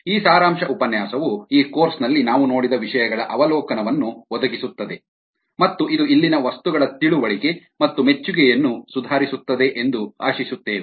ಈ ಸಾರಾಂಶ ಉಪನ್ಯಾಸವು ಈ ಕೋರ್ಸ್ನಲ್ಲಿ ನಾವು ನೋಡಿದ ವಿಷಯಗಳ ಅವಲೋಕನವನ್ನು ಒದಗಿಸುತ್ತದೆ ಮತ್ತು ಇದು ಇಲ್ಲಿನ ವಸ್ತುಗಳ ತಿಳುವಳಿಕೆ ಮತ್ತು ಮೆಚ್ಚುಗೆಯನ್ನು ಸುಧಾರಿಸುತ್ತದೆ ಎಂದು ಆಶಿಸುತ್ತೇವೆ